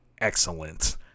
excellent